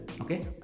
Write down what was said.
Okay